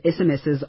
SMSs